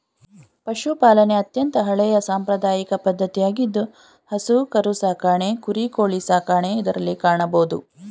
ಪಶುಪಾಲನೆ ಅತ್ಯಂತ ಹಳೆಯ ಸಾಂಪ್ರದಾಯಿಕ ಪದ್ಧತಿಯಾಗಿದ್ದು ಹಸು ಕರು ಸಾಕಣೆ ಕುರಿ, ಕೋಳಿ ಸಾಕಣೆ ಇದರಲ್ಲಿ ಕಾಣಬೋದು